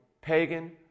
pagan